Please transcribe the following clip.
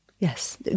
Yes